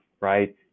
right